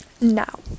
Now